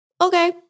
okay